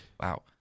Wow